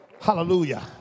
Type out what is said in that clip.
Hallelujah